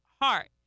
heart